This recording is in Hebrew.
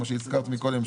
מה שהזכרתי קודם,